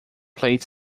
played